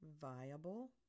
Viable